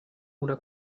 una